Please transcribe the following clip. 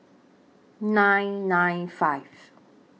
nine nine five